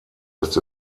ist